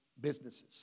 businesses